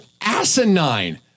asinine